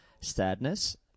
sadness